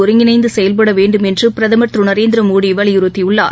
ஒருங்கிணைந்துசெயல்படவேண்டும் என்றுபிரதமர் திருநரேந்திரமோடிவலியுறுத்தியுள்ளார்